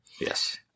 Yes